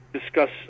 discuss